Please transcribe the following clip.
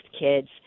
kids